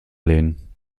lehnen